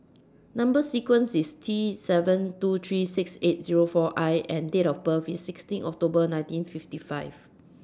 Number sequence IS T seven two three six eight Zero four I and Date of birth IS sixteen October nineteen fifty five